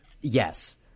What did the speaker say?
Yes